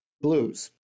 blues